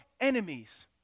enemies